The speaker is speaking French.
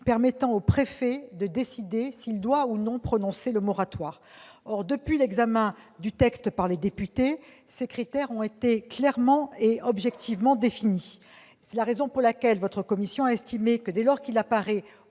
permettant au préfet de décider s'il doit ou non prononcer le moratoire. Or, depuis l'examen du texte par les députés, ces critères ont été clairement et objectivement définis. La commission estime donc que, dès lors qu'il apparaît,